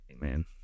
man